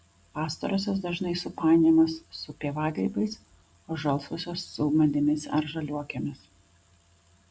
pastarosios dažnai supainiojamos su pievagrybiais o žalsvosios su ūmėdėmis ar žaliuokėmis